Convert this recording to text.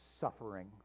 suffering